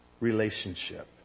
relationship